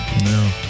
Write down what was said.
No